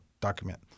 document